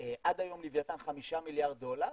לווייתן חמישה מיליארד דולר,